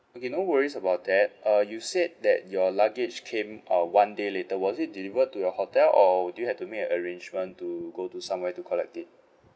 okay no worries about that uh you said that your luggage came uh one day later was it delivered to your hotel or would you have to make an arrangement to go to somewhere to collect it